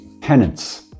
penance